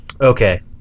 Okay